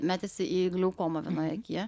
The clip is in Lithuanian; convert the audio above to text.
metėsi į gliaukomą vienoj akyje